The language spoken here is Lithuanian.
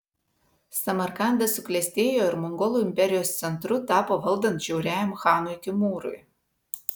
samarkandas suklestėjo ir mongolų imperijos centru tapo valdant žiauriajam chanui timūrui